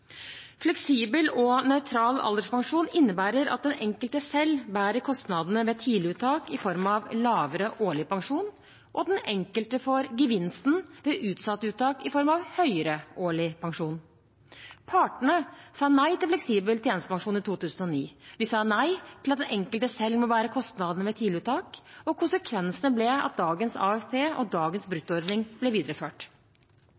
Fleksibel og nøytral alderspensjon innebærer at den enkelte selv bærer kostnadene ved tidliguttak i form av lavere årlig pensjon, og at den enkelte får gevinsten ved utsatt uttak i form av høyere årlig pensjon. Partene sa nei til fleksibel tjenestepensjon i 2009. De sa nei til at den enkelte selv må bære kostnadene ved tidliguttak. Konsekvensene ble at dagens AFP og dagens